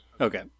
Okay